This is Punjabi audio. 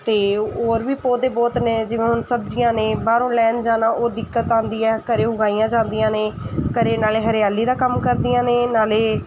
ਅਤੇ ਹੋਰ ਵੀ ਪੌਦੇ ਬਹੁਤ ਨੇ ਜਿਵੇਂ ਹੁਣ ਸਬਜ਼ੀਆਂ ਨੇ ਬਾਹਰੋਂ ਲੈਣ ਜਾਣਾ ਉਹ ਦਿੱਕਤ ਆਉਂਦੀ ਹੈ ਘਰ ਉਗਾਈਆਂ ਜਾਂਦੀਆਂ ਨੇ ਘਰ ਨਾਲੇ ਹਰਿਆਲੀ ਦਾ ਕੰਮ ਕਰਦੀਆਂ ਨੇ ਨਾਲੇ